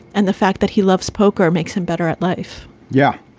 and the fact that he loves poker makes him better at life yeah.